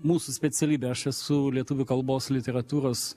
mūsų specialybe aš esu lietuvių kalbos literatūros